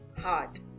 heart